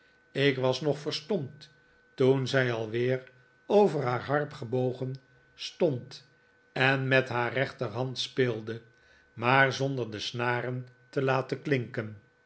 ik was nog verstomd toen zij alweer over haar harp gebogen stond en met haar rechterhand speelde maar zonder de snaren te laten klinken